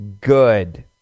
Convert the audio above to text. Good